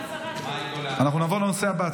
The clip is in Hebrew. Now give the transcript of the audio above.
אנחנו עוברים לנושא הבא,